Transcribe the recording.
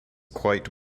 quite